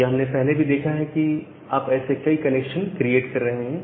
यह हमने पहले भी देखा है कि आप ऐसे कई कनेक्शन क्रिएट कर रहे हैं